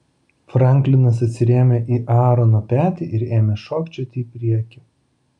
franklinas atsirėmė į aarono petį ir ėmė šokčioti į priekį